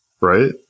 Right